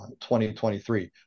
2023